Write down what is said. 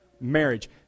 marriage